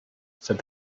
said